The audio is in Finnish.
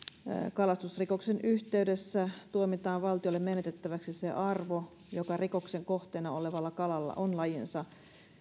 kalastusrikoksen yhteydessä tuomitaan valtiolle menetettäväksi se arvo joka rikoksen kohteena olevalla kalalla on lajinsa